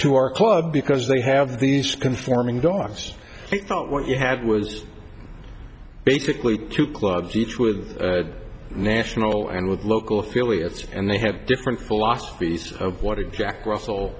to our club because they have these conforming dogs from what you had was basically two clubs each with national and with local affiliates and they have different philosophies of what exact russell